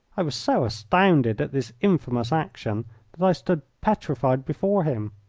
i was so astounded at this infamous action that i stood petrified before him.